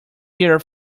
hear